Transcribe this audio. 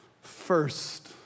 first